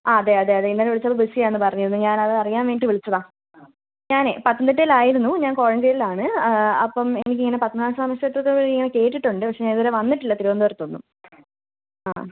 അതെ അതെ അതെ ഇന്നലെ വിളിച്ചപ്പോൾ ബിസി ആണെന്ന് പറഞ്ഞിരുന്നു ഞാൻ അത് അറിയാൻ വേണ്ടിയിട്ട് വിളിച്ചതാണ് ആ ഞാനേ പത്തനംതിട്ടയിലായിരുന്നു ഞാൻ കോഴഞ്ചേരിയിലാണ് അപ്പം എനിക്കിങ്ങനെ പത്മനാഭസ്വാമി ക്ഷേത്രത്തെപറ്റി ഇങ്ങനെ കേട്ടിട്ടുണ്ട് പക്ഷേ ഞാൻ ഇതുവരെ വന്നിട്ടില്ല തിരുവനന്തപുരത്തൊന്നും ആ